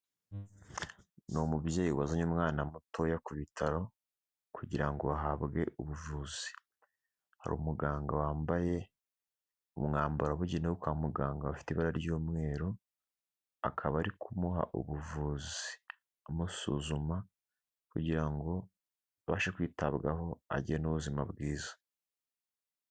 Ni umubyeyi wazanye umwana mutoya ku bitaro, kugira ngo ahabwe ubuvuzi, hari umuganga wambaye umwambaro wabugenewe wo kwa muganga ufite ibara ry'umweru, akaba ari kumuha ubuvuzi, amusuzuma kugira ngo abashe kwitabwaho agire n'ubuzima bwiza.